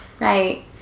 Right